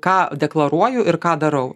ką deklaruoju ir ką darau